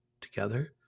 Together